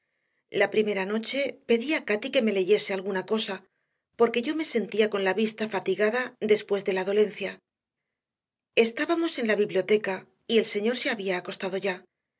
la primera noche pedí a cati que me leyese alguna cosa porque yo me sentía con la vista fatigada después de la dolencia estábamos en la biblioteca y el señor se había acostado ya